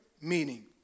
meaning